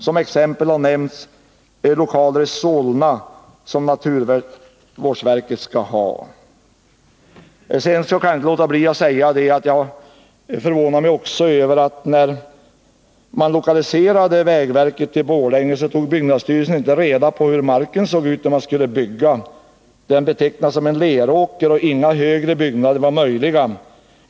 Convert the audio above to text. Som exempel har nämnts lokaler i Solna, som naturvårdsverket skall ha. Något som jag också är förvånad över är att när man lokaliserade vägverket till Borlänge, tog byggnadsstyrelsen inte reda på hur marken såg ut där man skulle bygga. Den betecknas som en leråker, och inga högre byggnader var möjliga.